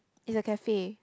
is a cafe